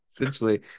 Essentially